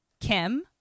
Kim